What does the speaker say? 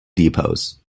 depots